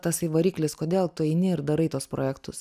tasai variklis kodėl tu eini ir darai tuos projektus